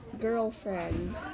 girlfriend